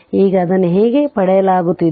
ಈಗ ಅದನ್ನು ಹೇಗೆ ಪಡೆಯಲಾಗುತ್ತಿದೆ